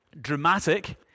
dramatic